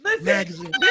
magazine